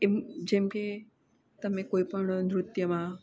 એ જેમકે તમે કોઈપણ નૃત્યમાં